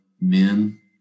men